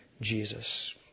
Jesus